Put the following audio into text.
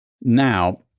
now